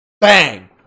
Bang